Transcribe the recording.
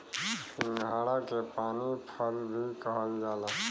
सिंघाड़ा के पानी फल भी कहल जाला